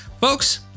folks